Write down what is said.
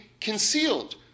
concealed